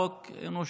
זו הצעת חוק אנושית,